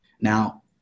Now